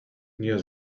near